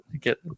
get